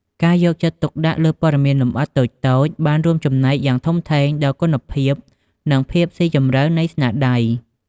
ការយកចិត្តទុកដាក់លើព័ត៌មានលម្អិតតូចៗបានរួមចំណែកយ៉ាងធំធេងដល់គុណភាព និងភាពស៊ីជម្រៅនៃស្នាដៃ។